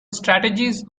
strategies